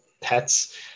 pets